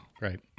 Right